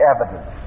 evidence